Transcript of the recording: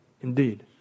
indeed